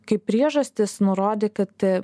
kaip priežastis nurodė kad